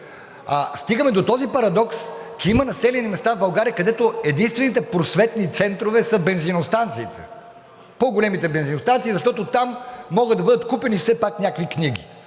Стигаме до този парадокс, че има населени места в България, където единствените просветни центрове са бензиностанциите – по големите бензиностанции, защото там могат да бъдат купени все пак някакви книги.